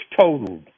totaled